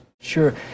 Sure